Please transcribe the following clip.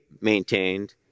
maintained